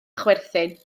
chwerthin